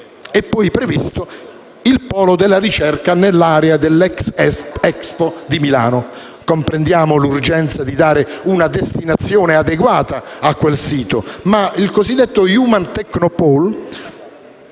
è poi previsto il polo della ricerca nell'area dell'ex Expo di Milano. Comprendiamo l'urgenza di dare una destinazione adeguata a quel sito, ma il cosiddetto Human Technopole